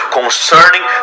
concerning